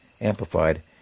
amplified